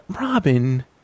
Robin